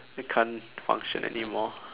I can't function anymore